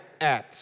apps